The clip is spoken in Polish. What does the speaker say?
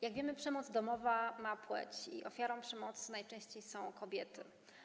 Jak wiemy, przemoc domowa ma płeć i ofiarą przemocy najczęściej są kobiety.